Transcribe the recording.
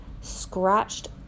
scratched